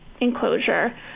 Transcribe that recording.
Enclosure